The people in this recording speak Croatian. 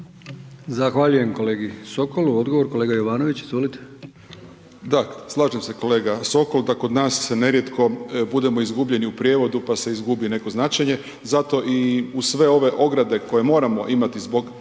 Zahvaljujem kolegi Sokolu. Odgovor kolega Jovanović, izvolite. **Jovanović, Željko (SDP)** Da, slažem se kolega Sokol da kod nas nerijetko budemo izgubljeni u prijevodu pa se izgubi neko značenje. Zato i uz sve ove ograde koje moramo imati zbog prijevoda,